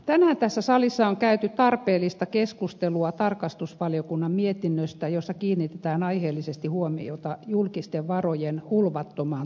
tänään tässä salissa on käyty tarpeellista keskustelua tarkastusvaliokunnan mietinnöstä jossa kiinnitetään aiheellisesti huomiota julkisten varojen hulvattomaan tuhlaamiseen